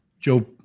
Joe